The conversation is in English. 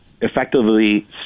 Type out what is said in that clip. effectively